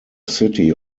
city